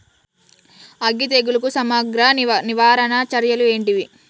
అగ్గి తెగులుకు సమగ్ర నివారణ చర్యలు ఏంటివి?